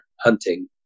hunting